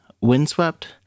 Windswept